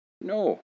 No